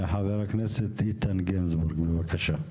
חבר הכנסת איתן גינזבורג, בבקשה.